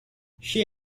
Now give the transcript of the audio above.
she